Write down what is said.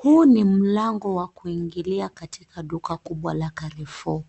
Huu ni mlango wa kuingilia katika duka kubwa la carrefour.